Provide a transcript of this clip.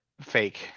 fake